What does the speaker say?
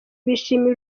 bishimiye